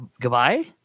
goodbye